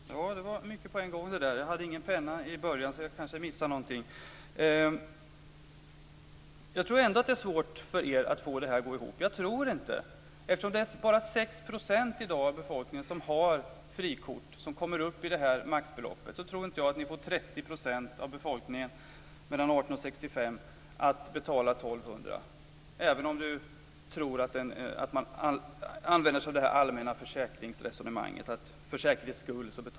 Fru talman! Det var mycket på en gång. Jag hade till en början ingen penna. Därför kanske jag missade någonting. Jag tror ändå att det är svårt för er att få det här att gå ihop. Eftersom bara 6 % av befolkningen i dag har frikort och kommer upp i maxbeloppet tror jag inte att ni får 30 % av befolkningen mellan 18 och 65 år att betala 1 200 kr. Du tror att det handlar om det allmänna försäkringsresonemanget, att man betalar för säkerhets skull.